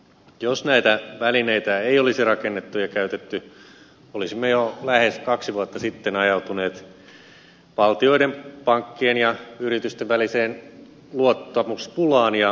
jos näitä välineitä ei olisi rakennettu ja käytetty olisimme jo lähes kaksi vuotta sitten ajautuneet valtioiden pankkien ja yritysten väliseen luottamuspulaan ja rahoituskriisiin